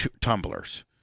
tumblers